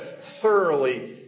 thoroughly